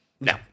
no